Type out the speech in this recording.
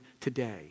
today